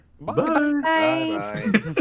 Bye